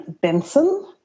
Benson